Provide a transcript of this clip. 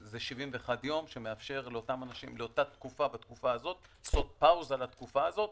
זה 71 יום שמאשר לאותם אנשים בתקופה הזו לעשות פאוזה לתקופה הזו,